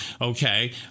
Okay